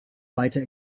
weiter